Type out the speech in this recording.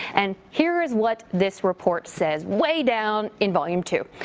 and here's what this report says. way down in volume two.